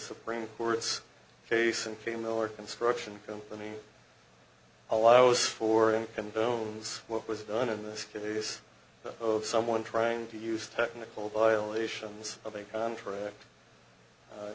supreme court's case in female or construction company allows for in and bones what was done in this case of someone trying to use technical violations of a contract a